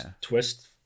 twist